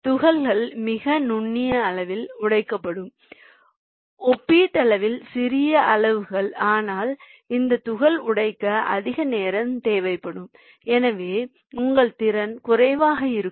துகள்கள் மிக நுண்ணிய அளவில் உடைக்கப்படும் ஒப்பீட்டளவில் சிறிய அளவுகள் ஆனால் அந்த துகள் உடைக்க அதிக நேரம் தேவைப்படும் எனவே உங்கள் திறன் குறைவாக இருக்கும்